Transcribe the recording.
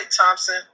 Thompson